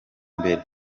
mbere